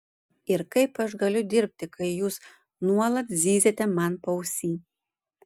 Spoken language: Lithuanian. ir kaip aš galiu dirbti kai jūs nuolat zyziate man paausy